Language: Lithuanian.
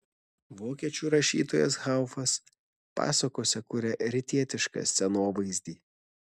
vokiečių rašytojas haufas pasakose kuria rytietišką scenovaizdį